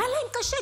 והיה להם קשה,